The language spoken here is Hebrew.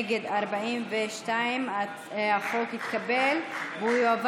להלן תוצאות ההצבעה על הצעת חוק לפיקוח על ייצור הצמח ושיווקו (תיקון,